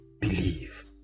believe